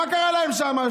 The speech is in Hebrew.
מה קרה להם שם?